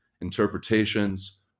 interpretations